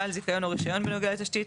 בעל זיכיון או רישיון בנוגע לתשתית,